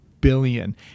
billion